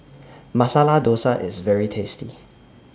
Masala Dosa IS very tasty